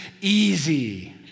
easy